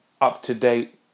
up-to-date